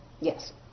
Yes